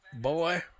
Boy